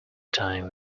time